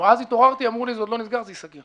אז התעוררתי ואמרו לי: זה עוד לא נסגר, זה ייסגר.